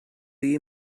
you